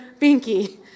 binky